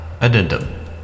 Addendum